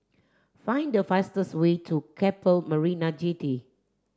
find the fastest way to Keppel Marina Jetty